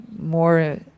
more